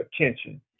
attention